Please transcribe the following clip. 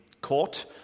court